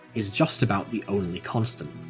is just about the only constant.